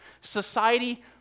society